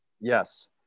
Yes